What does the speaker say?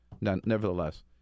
Nevertheless